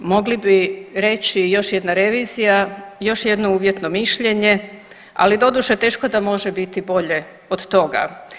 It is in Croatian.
Mogli bi reći još jedna revizija, još jedno uvjetno mišljenje, ali doduše teško da može biti bolje od toga.